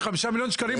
זה חמישה מיליון שקלים,